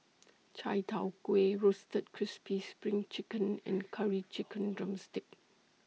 Chai Tow Kuay Roasted Crispy SPRING Chicken and Curry Chicken Drumstick